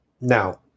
Now